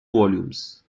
volumes